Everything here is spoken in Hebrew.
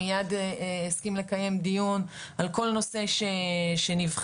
מייד הסכים לקיים דיון על כל נושא שנבחר.